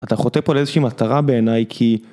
אתה חוטא פה לאיזושהי מטרה בעיניי כי.